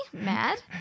mad